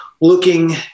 looking